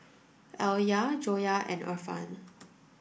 Alya Joyah and Irfan